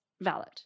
Valid